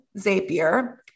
zapier